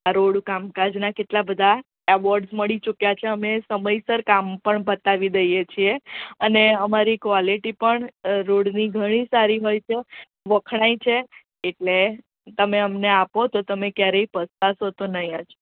આ રોડ કામકાજના કેટલા બધા એવોર્ડ્સ મળી ચૂક્યાં છે અમે સમયસર કામ પણ પતાવી દઈએ છીએ અને અમારી ક્વોલિટી પણ રોડની ઘણી સારી હોય છે વખણાય છે એટલે તમે અમને આપો તો તમે ક્યારેય પસ્તાશો તો નહીં જ